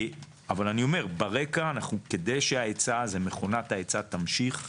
אבל אני אומר, כדי שמכונת ההיצע תמשיך,